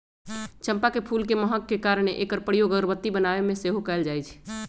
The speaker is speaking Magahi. चंपा के फूल के महक के कारणे एकर प्रयोग अगरबत्ती बनाबे में सेहो कएल जाइ छइ